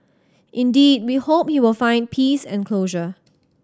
indeed we hope he will find peace and closure